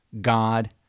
God